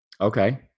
Okay